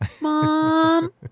mom